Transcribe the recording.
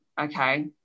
okay